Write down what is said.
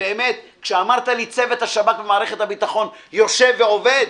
כשאמרת לי: צוות השב"כ ומערכת הביטחון יושב ועובד,